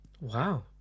wow